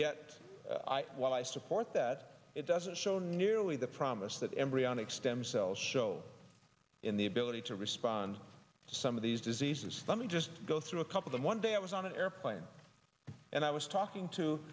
yet while i support that it doesn't show nearly the promise that embryonic stem cells show in the ability to respond to some of these diseases let me just go through a couple them one day i was on an airplane and i was talking to